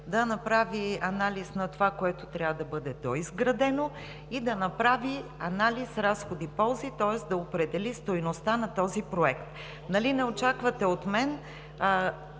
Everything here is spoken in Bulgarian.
да направи анализ на това, което трябва да бъде доизградено, да направи анализ „ разходи – ползи“, тоест да определи стойността на този проект. Нали не очаквате от мен